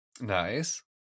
Nice